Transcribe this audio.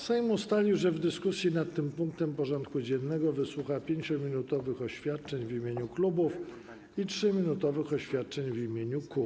Sejm ustalił, że w dyskusji nad tym punktem porządku dziennego wysłucha 5-minutowych oświadczeń w imieniu klubów i 3-minutowych oświadczeń w imieniu kół.